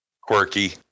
quirky